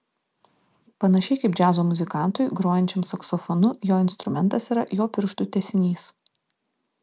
panašiai kaip džiazo muzikantui grojančiam saksofonu jo instrumentas yra jo pirštų tęsinys